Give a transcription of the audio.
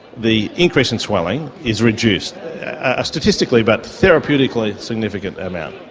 the increase in swelling is reduced ah statistically, but therapeutically a significant amount.